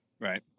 right